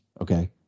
Okay